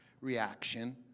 reaction